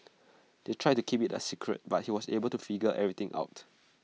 they tried to keep IT A secret but he was able to figure everything out